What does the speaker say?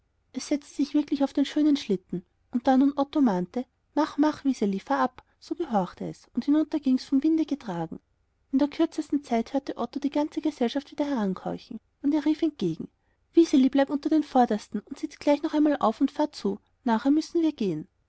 setzte sich wirklich auf den schönen schlitten und da nun otto mahnte mach mach wiseli fahr ab so gehorchte es und hinunter ging's wie vom winde getragen in der kürzesten zeit hörte otto die ganze gesellschaft wieder herankeuchen und er rief entgegen wiseli bleib unter den vordersten und sitz gleich noch einmal auf und fahr zu nachher müssen wir gehen